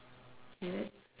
is it